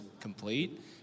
complete